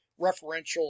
referential